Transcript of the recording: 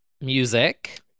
music